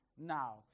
now